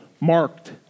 marked